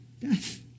Death